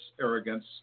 arrogance